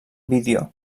vídeo